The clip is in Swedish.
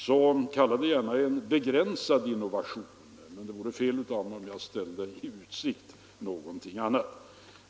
Kalla det därför gärna en begränsad innovation — det vore fel om jag ställde i utsikt någonting annat.